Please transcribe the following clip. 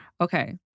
okay